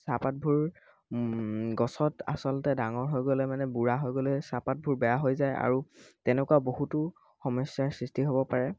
চাহপাতবোৰ গছত আচলতে ডাঙৰ হৈ গ'লে মানে বুঢ়া হৈ গ'লে চাহপাতবোৰ বেয়া হৈ যায় আৰু তেনেকুৱা বহুতো সমস্যাৰ সৃষ্টি হ'ব পাৰে